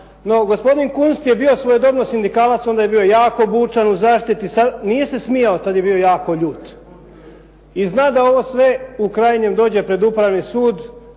No, gospodin Kunst je bio svojedobno sindikalac, onda je bio jako bučan u zaštiti, nije se smijao, tad je bio jako ljut. I zna da ovo sve u krajnjem dođe pred upravni sud